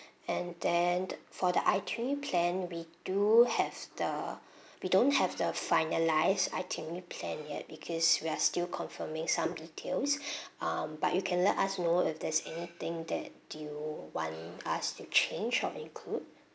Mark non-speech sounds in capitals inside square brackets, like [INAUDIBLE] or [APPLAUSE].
and then for the itinerary plan we do have the we don't have the finalised itinerary plan yet because we're still confirming some details [BREATH] um but you can let us know if there's anything that you want us to change or include